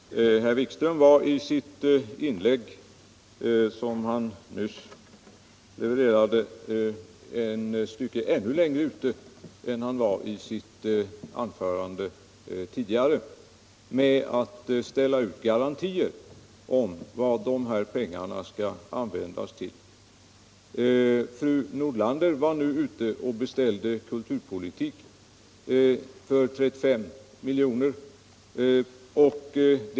Herr talman! Herr Wikström gick i det inlägg han nyss levererade ännu något längre än i sitt tidigare anförande när det gäller att ställa ut garantier om vad pengarna skall användas till. Fru Nordlander var nu ute och beställde kulturpolitik för 35 miljoner.